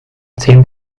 zehn